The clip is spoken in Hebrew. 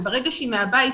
ברגע שהיא מהבית,